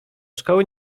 szkoły